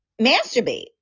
masturbate